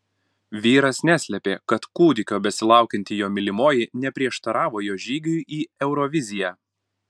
vyras neslėpė kad kūdikio besilaukianti jo mylimoji neprieštaravo jo žygiui į euroviziją